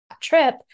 trip